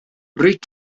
rwyt